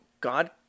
God